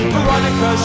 Veronica